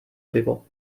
pivo